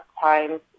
times